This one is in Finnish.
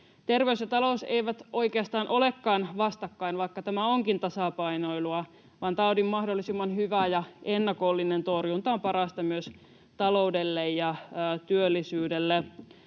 Terveys ja talous eivät oikeastaan olekaan vastakkain, vaikka tämä onkin tasapainoilua, vaan taudin mahdollisimman hyvä ja ennakollinen torjunta on parasta myös taloudelle ja työllisyydelle.